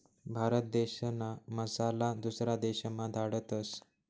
भारत देशना मसाला दुसरा देशमा धाडतस